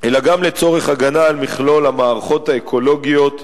אלא גם לצורך הגנה על מכלול המערכות האקולוגיות,